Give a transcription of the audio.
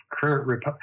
current